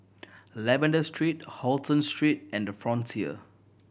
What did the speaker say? Lavender Street Halton Street and The Frontier